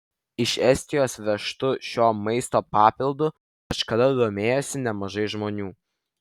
iš estijos vežtu šiuo maisto papildu kažkada domėjosi nemažai žmonių